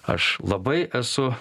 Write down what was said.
aš labai esu